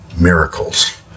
miracles